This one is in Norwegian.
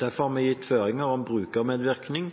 Derfor har vi gitt føringer om brukermedvirkning